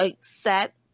set